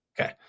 Okay